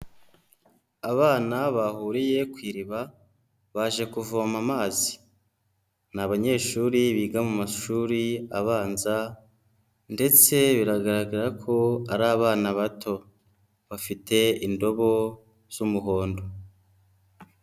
Abana bahuriye kui iriba baje kuvoma amazi, ni abanyeshuri biga mu mashuri abanza ndetse biragaragara ko ari abana bato, bafite indobo z'umuhondo.